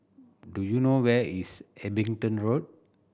do you know where is Abingdon Road